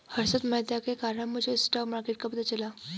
हर्षद मेहता के कारण मुझे स्टॉक मार्केट का पता चला